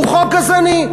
הוא חוק גזעני.